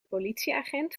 politieagent